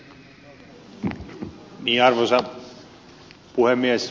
arvoisa puhemies